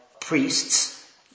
priests